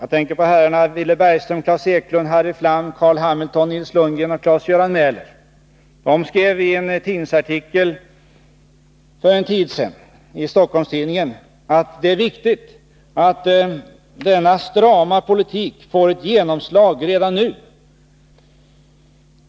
Jag tänker på herrar Villy Bergström, Klas Eklund, Harry Flam, Carl Hamilton, Nils Lundgren och Klas-Göran Mäler. De skrev i en artikel i Stockholms-Tidningen för en tid sedan: ”Det är viktigt att denna strama politik får ett genomslag redan nu.